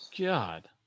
God